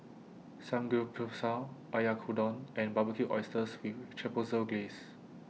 Samgeyopsal Oyakodon and Barbecued Oysters with Chipotle Glaze